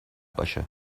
باشه